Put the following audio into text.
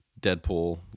Deadpool